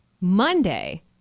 Monday